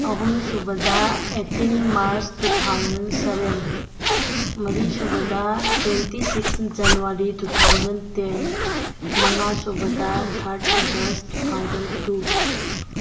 ꯑꯍꯨꯝ ꯁꯨꯕꯗ eighteen March two thousand seven ꯃꯔꯤ ꯁꯨꯕꯗ twenty six January two thousand ten ꯃꯉꯥ ꯁꯨꯕꯗ third August two thousand two